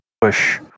push